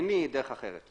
אין לי דרך אחרת.